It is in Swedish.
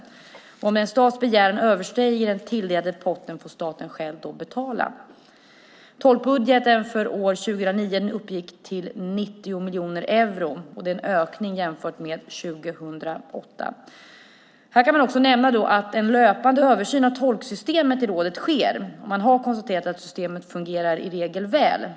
Om en stats begäran överstiger den tilldelade potten får staten själv betala. Tolkbudgeten för 2009 uppgick till 90 miljoner euro. Det är en ökning i förhållande till 2008. Här kan man också nämna att en löpande översyn av tolksystemet i rådet sker. Man har konstaterat att systemet i regel fungerar väl.